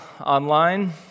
online